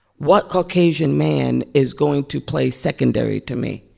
what caucasian man is going to play secondary to me?